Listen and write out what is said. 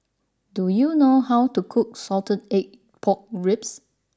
do you know how to cook Salted Egg Pork Ribs